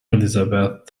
elizabeth